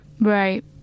Right